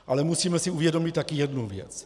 Ale musíme si uvědomit taky jednu věc.